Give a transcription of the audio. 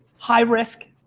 high risk,